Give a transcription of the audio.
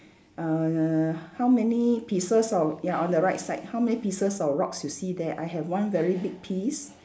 uh how many pieces of ya on the right side how many pieces of rocks you see there I have one very big piece